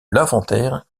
l’inventaire